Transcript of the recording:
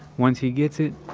once he gets it,